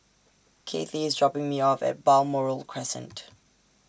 Cathi IS dropping Me off At Balmoral Crescent